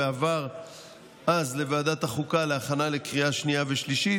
ועבר אז לוועדת החוקה להכנה לקריאה שנייה ושלישית,